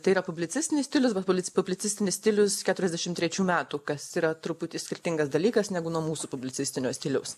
tai yra publicistinis stilius bet polic publicistinis stilius keturiasdešim trečių metų kas yra truputį skirtingas dalykas negu nuo mūsų publicistinio stiliaus